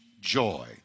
joy